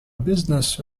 business